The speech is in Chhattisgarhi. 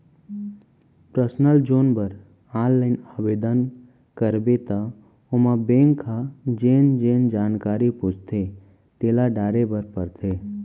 पर्सनल जोन बर ऑनलाइन आबेदन करबे त ओमा बेंक ह जेन जेन जानकारी पूछथे तेला डारे बर परथे